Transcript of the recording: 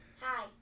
Hi